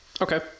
Okay